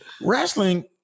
wrestling